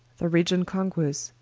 the regent conquers,